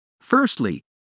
Firstly